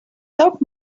help